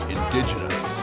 Indigenous